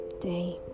Day